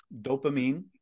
dopamine